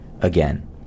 again